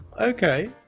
okay